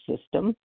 system